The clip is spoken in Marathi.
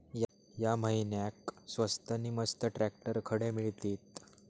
या महिन्याक स्वस्त नी मस्त ट्रॅक्टर खडे मिळतीत?